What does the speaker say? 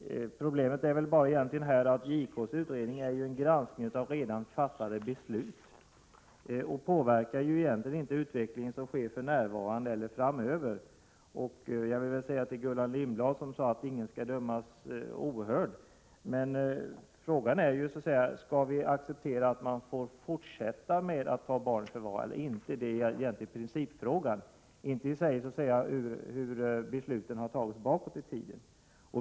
Problemet är väl egentligen bara att JK:s utredning är en granskning av redan fattade beslut, och den påverkar egentligen inte den utveckling som sker för närvarande eller framöver. Gullan Lindblad sade att ingen skall dömas ohörd, men frågan är om vi skall acceptera att man fortsätter med att ta barn i förvar eller inte. Det är så att säga principfrågan, inte hur besluten har fattats bakåt i tiden.